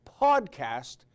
PODCAST